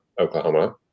Oklahoma